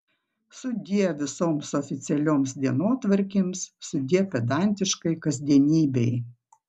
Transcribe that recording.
sudie visoms oficialioms dienotvarkėms sudie pedantiškai kasdienybei